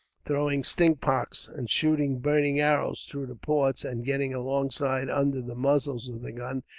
throwing stink pots, and shooting burning arrows through the ports and getting alongside under the muzzles of the guns,